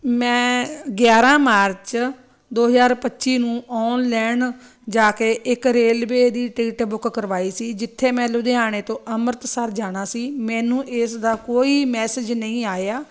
ਮੈਂ ਗਿਆਰ੍ਹਾਂ ਮਾਰਚ ਦੋ ਹਜ਼ਾਰ ਪੱਚੀ ਨੂੰ ਔਨਲਾਈਨ ਜਾ ਕੇ ਇੱਕ ਰੇਲਵੇ ਦੀ ਟਿਕਟ ਬੁੱਕ ਕਰਵਾਈ ਸੀ ਜਿੱਥੇ ਮੈਂ ਲੁਧਿਆਣੇ ਤੋਂ ਅੰਮ੍ਰਿਤਸਰ ਜਾਣਾ ਸੀ ਮੈਨੂੰ ਇਸ ਦਾ ਕੋਈ ਮੈਸੇਜ ਨਹੀਂ ਆਇਆ